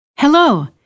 Hello